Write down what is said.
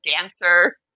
dancer